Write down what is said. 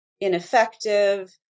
ineffective